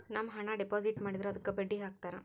ನಮ್ ಹಣ ಡೆಪಾಸಿಟ್ ಮಾಡಿದ್ರ ಅದುಕ್ಕ ಬಡ್ಡಿ ಹಕ್ತರ